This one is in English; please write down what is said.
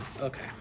Okay